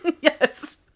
yes